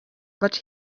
but